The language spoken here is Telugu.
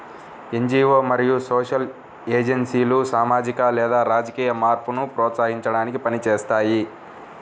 ఎన్.జీ.వో మరియు సోషల్ ఏజెన్సీలు సామాజిక లేదా రాజకీయ మార్పును ప్రోత్సహించడానికి పని చేస్తాయి